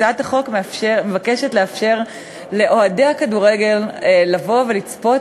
הצעת החוק מבקשת לאפשר לאוהדי הכדורגל לבוא ולצפות